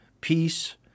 peace